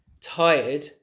tired